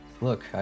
Look